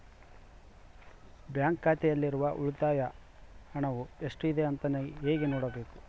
Bank ಖಾತೆಯಲ್ಲಿರುವ ಉಳಿತಾಯ ಹಣವು ಎಷ್ಟುಇದೆ ಅಂತ ಹೇಗೆ ನೋಡಬೇಕು?